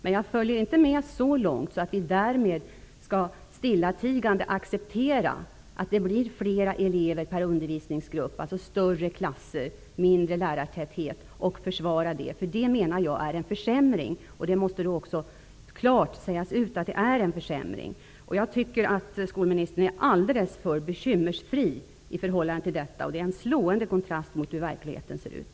Men jag är inte med så långt att vi stillatigande skall acceptera att det blir flera elever per undervisningsgrupp, alltså större klasser och mindre lärartäthet. Det vill jag inte försvara, eftersom större klasser innebär en försämring. Man måste klart säga ifrån att det är en försämring. Skolministern verkar vara alldeles för bekymmersfri i förhållande till detta. Det är en slående kontrast mot hur verkligheten ser ut.